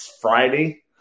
Friday